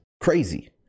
crazy